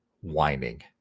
whining